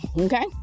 okay